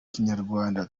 kinyarwanda